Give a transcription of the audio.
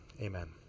amen